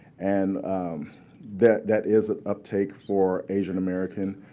and that that is an uptake for asian-american.